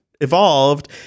evolved